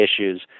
issues